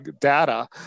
data